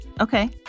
okay